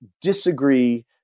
disagree